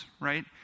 right